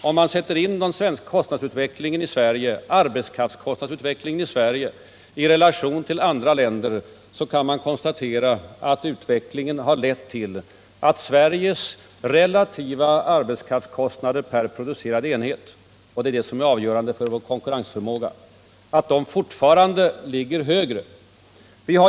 Om man sätter arbetskraftskostnadsutvecklingen i Sverige i relation till den i andra länder, så kan man konstatera att utvecklingen har lett till att Sveriges relativa arbetskraftskostnad per producerad enhet — och det är detta som är avgörande för vår konkurrensförmåga — fortfarande ligger högre.